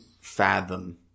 fathom